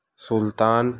سلطان